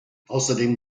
außerdem